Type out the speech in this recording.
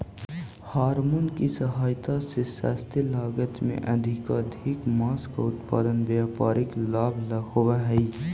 hormone की सहायता से सस्ते लागत में अधिकाधिक माँस का उत्पादन व्यापारिक लाभ ला होवअ हई